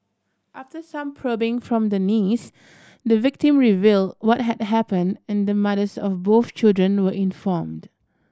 after some probing from the niece the victim revealed what had happened and the mothers of both children were informed